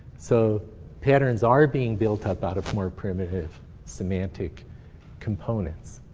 so patterns are being built up out of more primitive semantic components.